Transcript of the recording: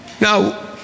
Now